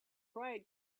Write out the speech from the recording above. pride